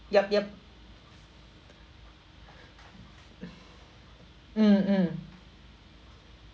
yup yup mm mm